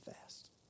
fast